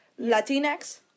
Latinx